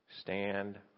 stand